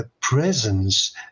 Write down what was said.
presence